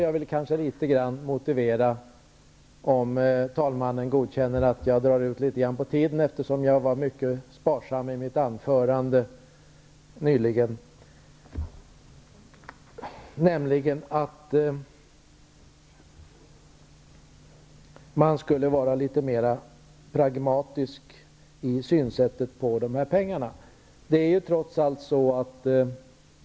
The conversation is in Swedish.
Jag vill motivera litet närmare -- om talmannen godkänner att jag drar ut på tiden, eftersom jag var mycket sparsam i mitt anförande nyligen. Jag tycker man borde vara litet mera pragmatisk i synsättet på dessa pengar.